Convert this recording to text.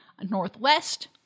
Northwest